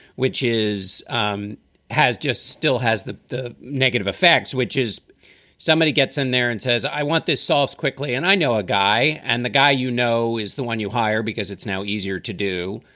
which is um has has just still has the the negative effects, which is somebody gets in there and says, i want this solved quickly. and i know a guy and the guy, you know, is the one you hire because it's now easier to do.